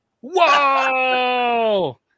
Whoa